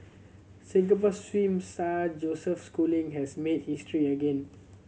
Singapore swim star Joseph Schooling has made history again